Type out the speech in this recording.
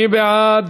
מי בעד